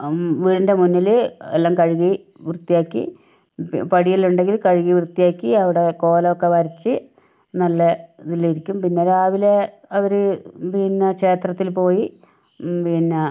വീടിന്റെ മുന്നിൽ എല്ലാം കഴുകി വൃത്തിയാക്കി പടിയെല്ലാം ഉണ്ടെങ്കിൽ കഴുകി വൃത്തിയാക്കി അവിടെ കോലമൊക്കെ വരച്ച് നല്ല ഇതിൽ ഇരിക്കും പിന്നെ രാവിലെ അവര് പിന്നെ ക്ഷേത്രത്തിൽ പോയി പിന്നെ